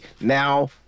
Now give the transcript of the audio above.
now